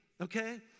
Okay